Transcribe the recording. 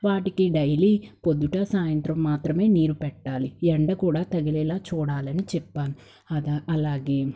వాటికి డైలీ పొద్దున సాయంత్రం మాత్రమే నీరు పెట్టాలి ఎండ కూడా తగిలేలా చూడాలని చెప్పాను అదా అలాగే